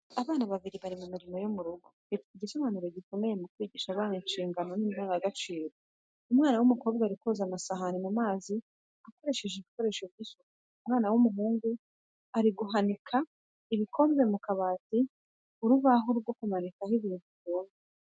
Abana babiri bari mu mirimo yo mu rugo bifite igisobanuro gikomeye mu kwigisha abana inshingano n’indangagaciro. Umwana w’umukobwa ari koza amasahani mu mazi akoresheje ibikoresho by’isuku. Umwana w’umuhungu ari guhanika ibikombe mu kabati urubaho rwo kumanikaho ibintu byumye.